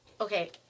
okay